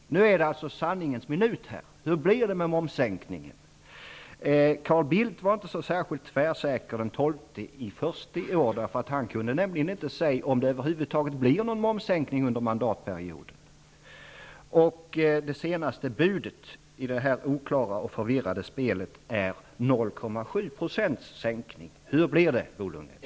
Detta är alltså sanningens minut: Hur blir det med momssänkningen? Carl Bildt var inte så tvärsäker den 12 januari i år. Han kunde nämligen inte säga om det över huvud taget kommer att bli någon momssänkning under mandatperioden. Det senast budet i det här oklara och förvirrade spelet är att momsen skall sänkas med 0,7 %. Hur blir det, Bo Lundgren?